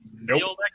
Nope